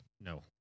No